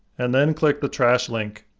and then click the trash link.